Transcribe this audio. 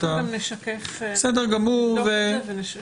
אנחנו נבדוק את זה ונשקף את זה.